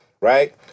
right